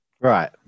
Right